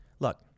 Look